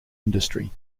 industry